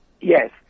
Yes